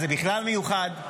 אז זה בכלל מיוחד.